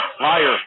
Liar